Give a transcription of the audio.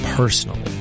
Personally